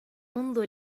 انظر